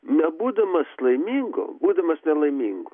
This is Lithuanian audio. nebūdamas laimingu būdamas nelaimingu